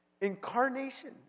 incarnation